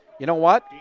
you know what,